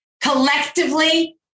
Collectively